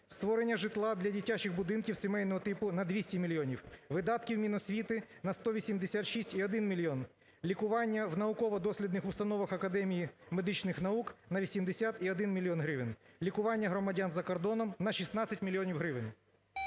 створення житла для дитячих будинків сімейного типу – на 200 мільйонів, видатків Міносвіти – на 186,1 мільйон, лікування у науково-дослідних установах Академії медичних наук – на 80,1 мільйон гривень, лікування громадян за кордоном – на 16 мільйонів гривень.